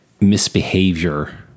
misbehavior